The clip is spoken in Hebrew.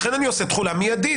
לכן אני עושה תחולה מיידית.